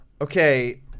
Okay